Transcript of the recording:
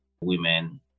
women